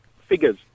figures